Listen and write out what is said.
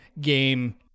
game